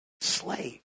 slave